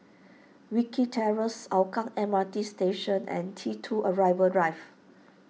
Wilkie Terrace Hougang M R T Station and T two Arrival Drive